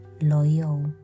loyal